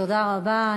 תודה רבה.